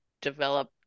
develop